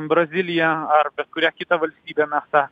braziliją ar bet kurią kitą valstybę mes tą